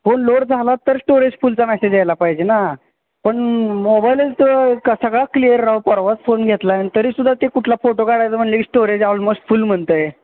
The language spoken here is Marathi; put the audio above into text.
फोन लोड झाला तर स्टोरेज फुलचा मॅसेज यायला पाहिजे ना पण मोबाईल तर कसा काय क्लिअर राव परवाच फोन घेतला आहे आणि तरी सुद्धा ते कुठला फोटो काढायचा म्हणलं की स्टोरेज ऑलमोस्ट फुल म्हणतं आहे